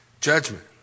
judgment